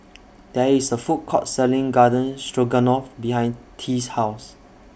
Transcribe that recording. There IS A Food Court Selling Garden Stroganoff behind Ty's House